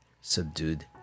subdued